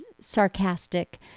sarcastic